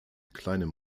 kleinem